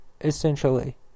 essentially